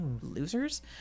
losers